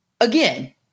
Again